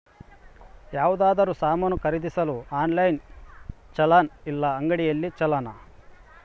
ಯಾವುದಾದರೂ ಸಾಮಾನು ಖರೇದಿಸಲು ಆನ್ಲೈನ್ ಛೊಲೊನಾ ಇಲ್ಲ ಅಂಗಡಿಯಲ್ಲಿ ಛೊಲೊನಾ?